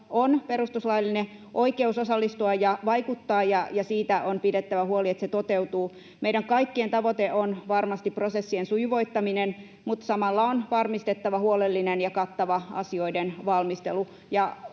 on perustuslaillinen oikeus osallistua ja vaikuttaa, ja siitä on pidettävä huoli, että se toteutuu. Meidän kaikkien tavoite on varmasti prosessien sujuvoittaminen, mutta samalla on varmistettava huolellinen ja kattava asioiden valmistelu.